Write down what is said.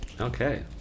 Okay